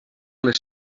les